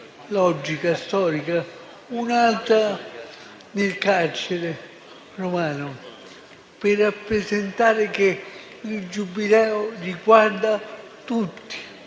logica e storica, un'altra nel carcere romano, per rappresentare che il Giubileo riguarda tutti,